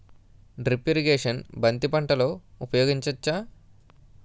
Drip irrigation బంతి పంటలో ఊపయోగించచ్చ?